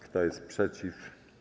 Kto jest przeciw?